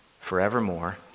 forevermore